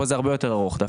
כאן זה הרבה יותר ארוך.